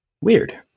Weird